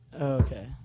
Okay